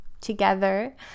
together